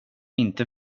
inte